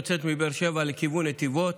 יוצאת מבאר שבע לכיוון לנתיבות.